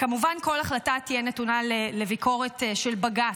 וכמובן כל החלטה תהיה נתונה לביקורת של בג"ץ.